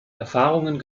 erfahrungen